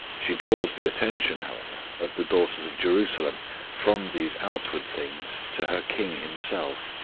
she draws the attention, however, of the daughters of jerusalem from these outward things to her king himself.